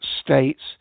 states